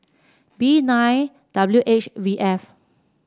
B nine W H V F